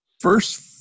First